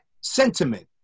sentiment